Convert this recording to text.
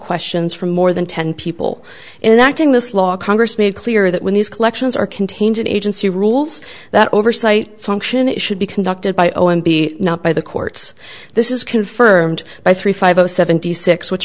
questions from more than ten people and acting this law congress made clear that when these collections are contained an agency rules that oversight function it should be conducted by o m b not by the courts this is confirmed by three five zero seventy six which